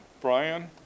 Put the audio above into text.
Brian